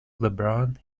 lebrun